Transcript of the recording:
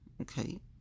okay